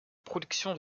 production